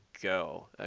go